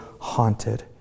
haunted